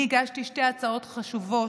אני הגשתי שתי הצעות חוק חשובות,